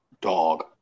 dog